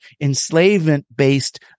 enslavement-based